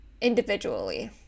individually